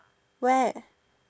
where